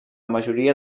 majoria